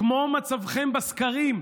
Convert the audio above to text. כמו מצבכם בסקרים,